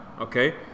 okay